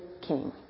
king